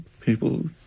people